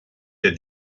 der